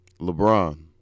LeBron